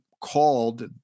called